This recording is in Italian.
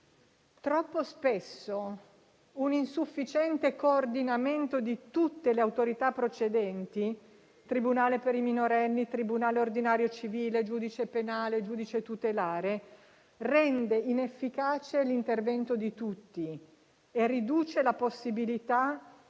Troppo spesso un insufficiente coordinamento di tutte le autorità procedenti - tribunale per i minorenni, tribunale ordinario civile, giudice penale, giudice tutelare - rende inefficace l'intervento di tutti e riduce la possibilità di